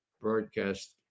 Broadcast